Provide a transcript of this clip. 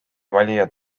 valija